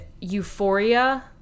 euphoria